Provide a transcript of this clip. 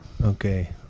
Okay